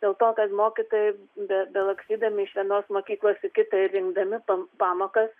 dėl to kad mokytojai be belakstydami iš vienos mokyklos į kitą ir rinkdami pa pamokas